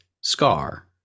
Scar